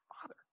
Father